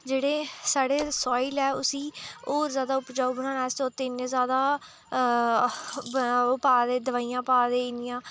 जेह्ड़ी साढ़ी सॉइल ऐ ओह् उसी होर जादै उपजाऊ बनाने आस्तै उसी इ'न्ने जादा ब ओह् पा दे दवाइयां पा दे इ'न्नियां